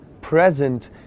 present